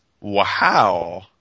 Wow